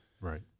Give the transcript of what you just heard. Right